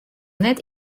net